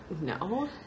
No